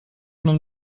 man